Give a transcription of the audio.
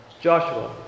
Joshua